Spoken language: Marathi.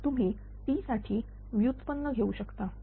तर तुम्ही t साठी व्युत्पन्न घेऊ शकता